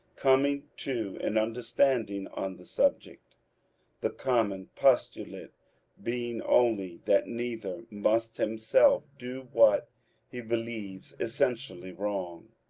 coming to an understanding on the subject the common postulate being only that neither must himself do what he believes essentially wrong.